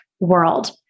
world